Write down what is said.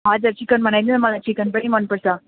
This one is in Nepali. हजुर चिकन बनाइदिनु नि मलाई चिकन पनि मनपर्छ